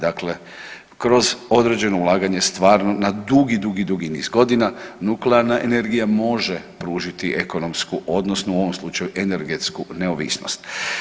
Dakle, kroz određeno ulaganje stvarno na dugi, dugi niz godina nuklearna energija može pružiti ekonomsku, odnosno u ovom slučaju energetsku neovisnost.